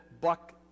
buck